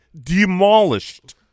demolished